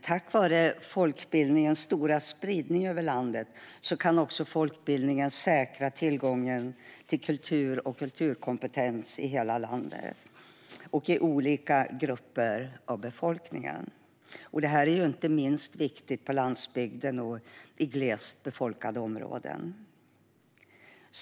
Tack vare folkbildningens stora spridning över landet kan folkbildningen säkra tillgången till kultur och kulturkompetens i hela landet och i olika grupper av befolkningen. Detta är inte minst viktigt på landsbygden och i glest befolkade områden.